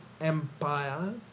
empire